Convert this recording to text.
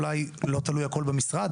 אולי לא תלוי הכול במשרד,